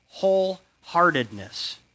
wholeheartedness